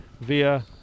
via